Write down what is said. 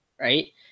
right